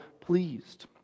pleased